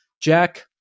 Jack